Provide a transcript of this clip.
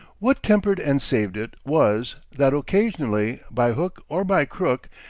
what tempered and saved it was, that, occasionally, by hook or by crook,